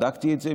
בדקתי את זה,